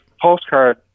Postcard